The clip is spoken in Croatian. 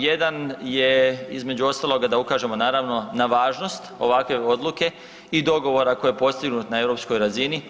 Jedan je između ostaloga da ukažemo naravno na važnost ovakve odluke i dogovora koji je postignut na europskoj razini.